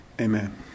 Amen